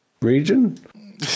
region